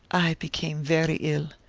i became very ill.